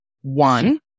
One